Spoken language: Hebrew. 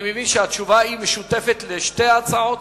אני מבין שהתשובה משותפת לשתי ההצעות?